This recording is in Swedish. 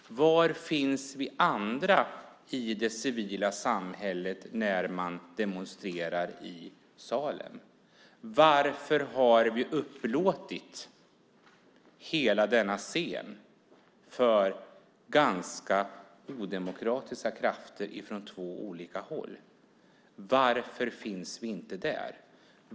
Var finns vi andra i det civila samhället när man demonstrerar i Salem? Varför har vi upplåtit hela denna scen för ganska odemokratiska krafter från två olika håll? Varför finns vi inte där?